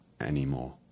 anymore